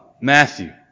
Matthew